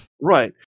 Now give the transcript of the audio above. Right